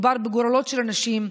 מדובר בגורלות של אנשים,